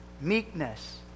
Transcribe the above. meekness